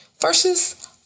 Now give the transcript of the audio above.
versus